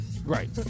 Right